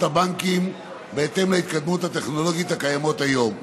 הבנקים בהתאם להתקדמות הטכנולוגית הקיימת היום.